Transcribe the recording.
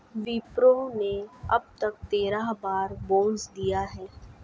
विप्रो ने अब तक तेरह बार बोनस दिया है